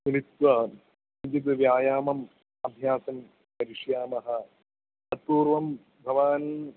मिलित्वा किञ्चित् व्यायामम् अभ्यासं करिष्यामः तत्पूर्वं भवान्